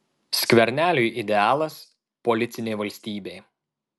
skverneliui idealas policinė valstybė